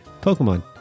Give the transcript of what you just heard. Pokemon